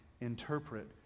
interpret